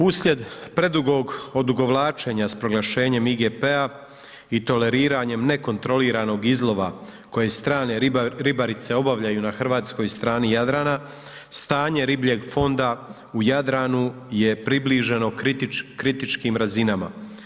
Uslijed predugog odugovlačenja s proglašenjem IGP-a i toleriranjem nekontroliranog izlova koje strane ribarice obavljaju na hrvatskoj strani Jadrana, stanje ribljeg fonda u Jadranu je približeno kritičkim razinama.